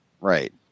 Right